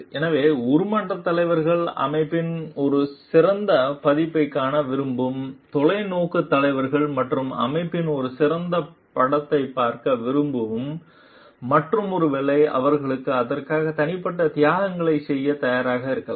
எனவே உருமாற்றத் தலைவர்கள் அமைப்பின் ஒரு சிறந்த பதிப்பைக் காண விரும்பும் தொலைநோக்குத் தலைவர்கள் மற்றும் அமைப்பின் ஒரு சிறந்த படத்தைப் பார்க்க விரும்பும் மற்றும் ஒருவேளை அவர்கள் அதற்காக தனிப்பட்ட தியாகங்களைச் செய்யத் தயாராக இருக்கலாம்